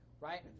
right